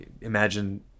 imagine